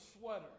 sweater